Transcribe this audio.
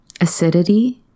acidity